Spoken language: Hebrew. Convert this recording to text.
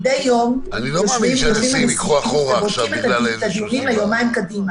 מדי יום יושבים הנשיאים ובודקים את הדיונים יומיים קדימה